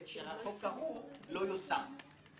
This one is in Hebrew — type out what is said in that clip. אבל השרה עשתה את החוק הזה בדיוק כי היא חושבת שהחוק ההוא לא יושם.